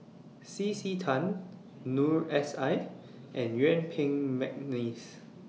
C C Tan Noor S I and Yuen Peng Mcneice